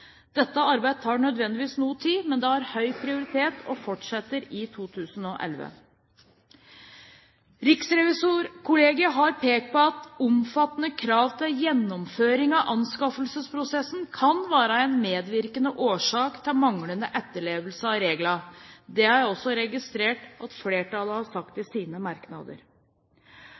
Dette arbeidet tar nødvendigvis noe tid, men det har høy prioritet og fortsetter i 2011. Riksrevisorkollegiet har pekt på at omfattende krav til gjennomføring av anskaffelsesprosessene kan være en medvirkende årsak til manglende etterlevelse av reglene. Det er det også registrert at flertallet har sagt i sine merknader.